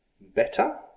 better